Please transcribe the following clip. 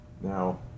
Now